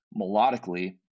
melodically